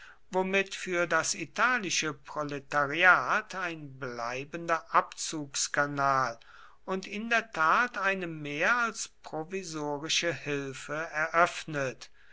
womit für das italische proletariat ein bleibender abzugskanal und in der tat eine mehr als provisorische hilfe eröffnet